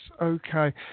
Okay